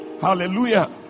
Hallelujah